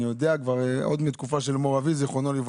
עוד מהתקופה של אבי ז"ל,